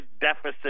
deficit